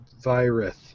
Virith